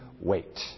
wait